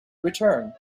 return